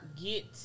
get